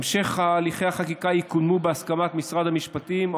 המשך הליכי החקיקה יקודם בהסכמת משרד המשפטים,